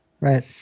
Right